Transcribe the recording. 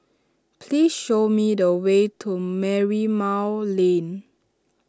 please show me the way to Merlimau Lane